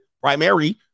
primary